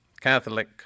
Catholic